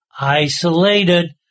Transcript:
isolated